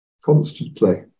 constantly